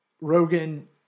Rogan